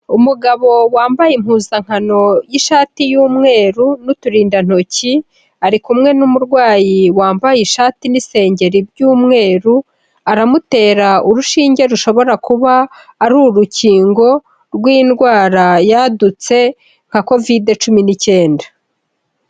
Umugabo wambaye impuzankano y'ishati y'umweru n'uturindantoki, ari kumwe n'umurwayi wambaye ishati n'isengeri by'umweru, aramutera urushinge rushobora kuba ari urukingo rw'indwara yadutse nka kovid cumi n'icyenda.